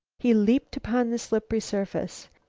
he leaped upon the slippery surface.